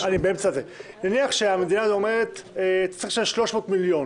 נניח שהמדינה אומרת שצריך לשלם 300 מיליון